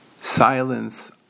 Silence